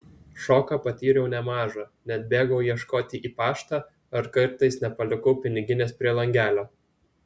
šoką patyriau nemažą net bėgau ieškoti į paštą ar kartais nepalikau piniginės prie langelio